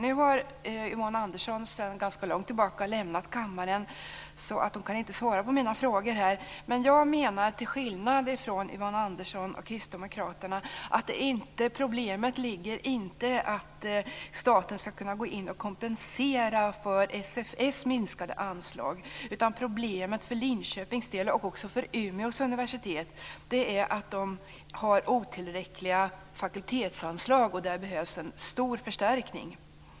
Nu har Yvonne Andersson sedan ganska lång tid tillbaka lämnat kammaren, så hon kan inte svara på mina frågor. Men jag menar, till skillnad från Yvonne Andersson och Kristdemokraterna, att problemet inte ligger i att staten ska kunna gå in och kompensera för SFS minskade anslag. Problemet för Linköpings del, och också för Umeås universitet, är att de har otillräckliga fakultetsanslag. Där behövs en stor förstärkning.